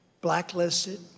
blacklisted